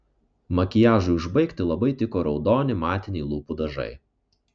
makiažui užbaigti labai tiko raudoni matiniai lūpų dažai